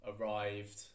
arrived